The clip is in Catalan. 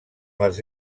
les